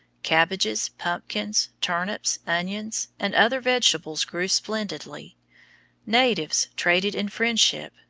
cabbages, pumpkins, turnips, onions, and other vegetables grew splendidly natives traded in friendship,